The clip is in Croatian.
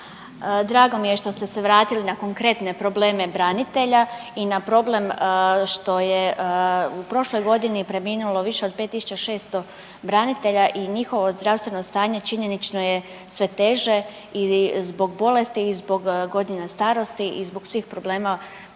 Drago mi je što ste se vratili na konkretne probleme branitelja i na problem što je u prošloj godini preminulo više od 5600 branitelja i njihovo zdravstveno stanje činjenično je sve teže i zbog bolesti i zbog godina starosti i zbog svih problema